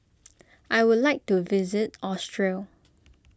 I would like to visit Austria